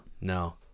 No